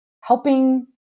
helping